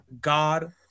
god